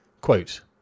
Quote